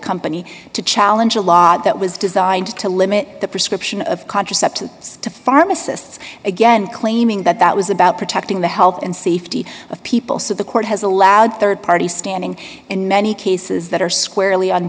company to challenge a law that was designed to limit the prescription of contraceptives to pharmacists again claiming that that was about protecting the health and safety of people so the court has allowed rd party standing in many cases that are squarely